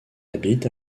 habite